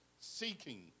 seeking